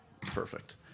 Perfect